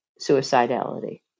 suicidality